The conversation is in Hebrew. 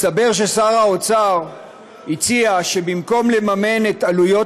מסתבר ששר האוצר הציע שבמקום לממן את עלויות